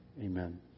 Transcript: Amen